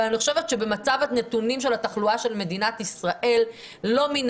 אבל אני חושבת שבמצב הנתונים של התחלואה של מדינת ישראל לא מן